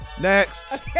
Next